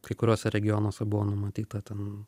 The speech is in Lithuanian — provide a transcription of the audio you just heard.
kai kuriuose regionuose buvo numatyta ten